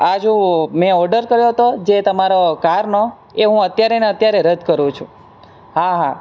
આ જો મેં ઓડર કર્યો તો જે તમારો કારનો એ હું અત્યારે ને અત્યારે રદ કરું છું હા હા